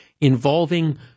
involving